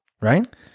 right